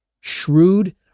shrewd